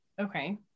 Okay